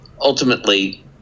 ultimately